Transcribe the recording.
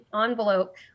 envelope